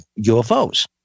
UFOs